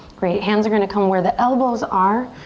great, hands are gonna come where the elbows are.